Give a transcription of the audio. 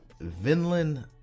Vinland